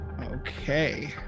okay